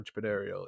entrepreneurial